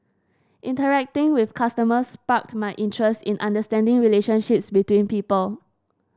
interacting with customers sparked my interest in understanding relationships between people